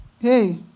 Hey